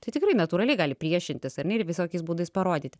tai tikrai natūraliai gali priešintis ar ne ir visokiais būdais parodyti